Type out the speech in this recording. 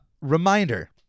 Reminder